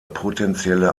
potentielle